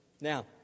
Now